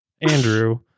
Andrew